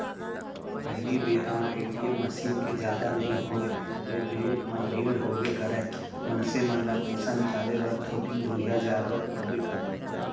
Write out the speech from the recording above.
पहिली बेरा म ए.टी.एम मसीन के जादा नइ होय ले बेंक म भीड़ होबे करय, मनसे मन ल पइसा निकाले बर थोकिन दुरिहा जाय बर पड़बे करय